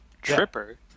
Tripper